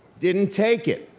didn't take it.